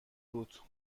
بود